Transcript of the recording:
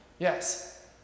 Yes